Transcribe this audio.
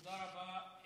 תודה רבה.